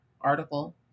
article